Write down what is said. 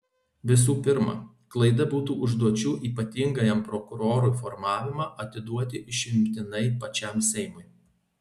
visų pirma klaida būtų užduočių ypatingajam prokurorui formavimą atiduoti išimtinai pačiam seimui